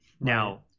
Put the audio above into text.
Now